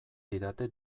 didate